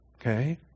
Okay